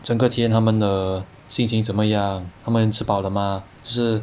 整个天他们的心情怎么样他们吃饱了吗就是